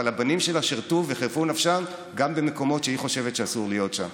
אבל הבנים שלה שירתו וחירפו נפשם גם במקומות שהיא חושבת שאסור להיות שם.